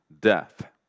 death